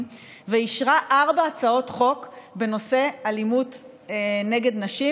ואישרה ארבע הצעות חוק בנושא אלימות נגד נשים,